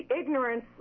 ignorance